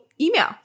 email